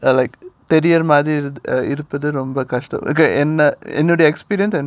uh like தெரியுற மாதிரி இருக்குறது ரொம்ப கஷ்டம்:theriura madhiri irukurathu romba kastam okay என்ன என்னுடைய:enna ennudaya experience